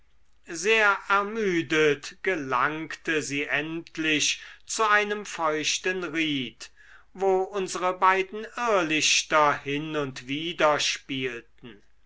sehr ermüdet gelangte sie endlich zu einem feuchten ried wo unsere beiden irrlichter hin und wider spielten